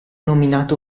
nominato